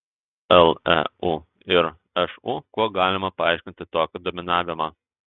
leu ir šu kuo galima paaiškinti tokį dominavimą